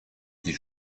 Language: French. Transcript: des